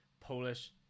Polish